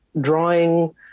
drawing